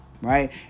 Right